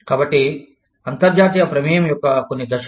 కాబట్టి అంతర్జాతీయ ప్రమేయం యొక్క కొన్ని దశలు